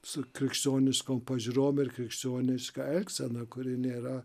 su krikščioniškom pažiūrom krikščioniška elgsena kuri nėra